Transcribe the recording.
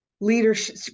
Leadership